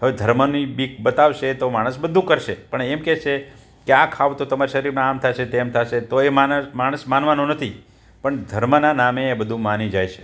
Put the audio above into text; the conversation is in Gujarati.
હવે ધર્મની બીક બતાવશે તો માણસ બધું કરશે પણ એમ કહેશે કે આ ખાવ તો તમારા શરીરમાં આમ થાશે તેમ થાશે તો એ માણસ માણસ માનવાનો નથી પણ ધર્મના નામે એ બધું માની જાય છે